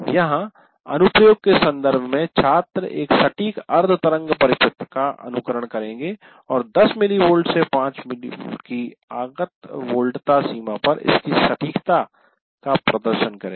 यहां अनुप्रयोग के संदर्भ में छात्र एक सटीक अर्ध तरंग परिपथ का अनुकरण करेंगे और 10 मिलीवोल्ट से 5 वोल्ट की अगत वोल्टता सीमा पर इसकी सटीकता का प्रदर्शन करेंगे